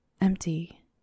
empty